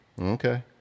Okay